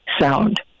sound